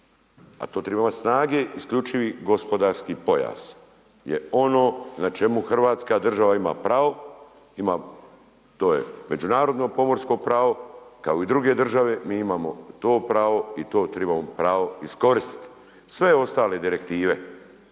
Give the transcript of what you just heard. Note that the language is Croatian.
a tu trebamo imati snage isključivi gospodarski pojas je ono na čemu Hrvatska država ima pravo, to je međunarodno pomorsko pravo kao i druge države, mi imamo to pravo i to trebamo pravo iskoristiti. Sve ostale direktive